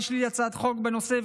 יש לי הצעת חוק בנושא,